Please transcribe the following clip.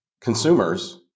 consumers